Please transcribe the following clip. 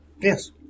Yes